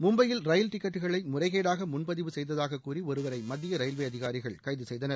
மும்பையில் ரயில் டிக்கெட்டுகளை முறைகேடாக முன்பதிவு செய்ததாக கூறி ஒருவரை மத்திய ரயில்வே அதிகாரிகள் கைது செய்தனர்